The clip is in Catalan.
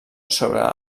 sobre